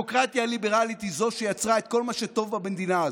הדמוקרטיה הליברלית היא זו שיצרה את כל מה שטוב במדינה הזו.